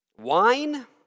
Wine